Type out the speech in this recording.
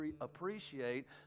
appreciate